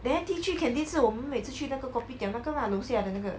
there T three canteen 是我们每次去那个 kopitiam 那个 lah 楼下的那个